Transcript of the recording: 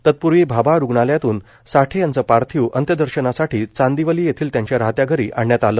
तत्पूर्वी भाभा रूग्णालयातून साठे यांच पार्थिव अंत्यदर्शनासाठी चांदिवली येथील त्यांच्या राहत्या घरी आणण्यात आलं